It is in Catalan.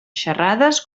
xerrades